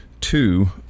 Two